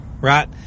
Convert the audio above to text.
right